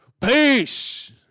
Peace